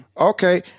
okay